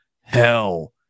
hell